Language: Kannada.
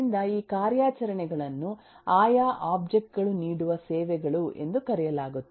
ಆದ್ದರಿಂದ ಈ ಕಾರ್ಯಾಚರಣೆಗಳನ್ನು ಆಯಾ ಒಬ್ಜೆಕ್ಟ್ ಗಳು ನೀಡುವ ಸೇವೆಗಳು ಎಂದು ಕರೆಯಲಾಗುತ್ತದೆ